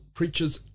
Preachers